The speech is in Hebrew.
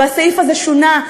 והסעיף הזה שונה,